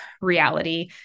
reality